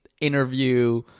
interview